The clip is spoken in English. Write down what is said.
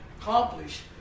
accomplish